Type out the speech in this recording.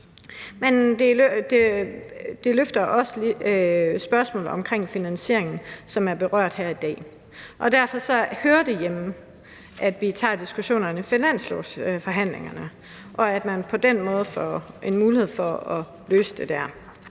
Men det rejser også spørgsmålet omkring finansiering, som er berørt her i dag, og derfor hører det hjemme, at vi tager diskussionen i finanslovsforhandlingerne, og at man på den måde får en mulighed for at løse det dér.